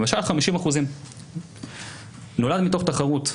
למשל 50%. זה נולד מתוך תחרות,